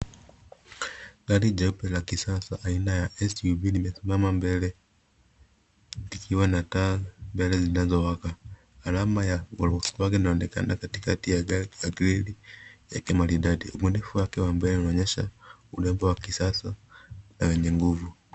Gari jeupe la kisasa aina ya SUV limesimama mbele, likiwa na taa mbele zinazowaka. Alama ya VOLKS WAGEN inaonekana katikati ya grili lake maridadi. Ubunifu wake wa mbele unaonyesha urembo wa kisasa uneinyesha ni wa kisasa na wenye nguvu.